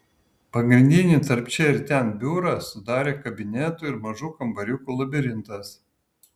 pagrindinį tarp čia ir ten biurą sudarė kabinetų ir mažų kambariukų labirintas